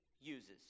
uses